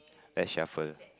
let's shuffle